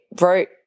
wrote